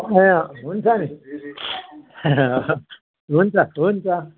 ए हुन्छ नि हुन्छ हुन्छ